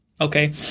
okay